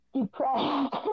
Depressed